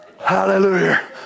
Hallelujah